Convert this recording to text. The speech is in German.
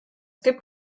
gibt